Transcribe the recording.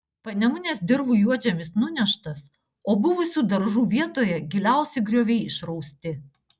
panemunės dirvų juodžemis nuneštas o buvusių daržų vietoje giliausi grioviai išrausti